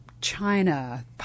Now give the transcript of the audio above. China